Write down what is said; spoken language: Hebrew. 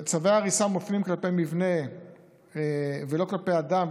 צווי הריסה מופנים כלפי מבנה ולא כלפי אדם,